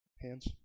hands